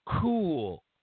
cool